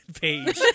page